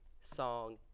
song